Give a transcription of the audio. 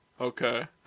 Okay